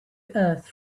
earth